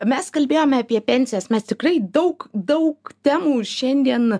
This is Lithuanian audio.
mes kalbėjome apie pensijas mes tikrai daug daug temų šiandien